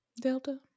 Delta